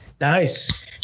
nice